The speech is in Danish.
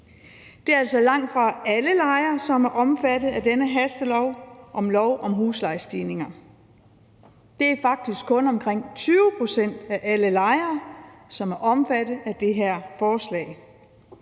Det er altså langtfra alle lejere, som er omfattet af dette hastelovforslag om lov om huslejestigninger; det er faktisk kun omkring 20 pct. af alle lejere, som er omfattet af det her forslag.